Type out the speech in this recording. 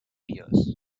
years